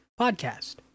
podcast